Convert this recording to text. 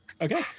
Okay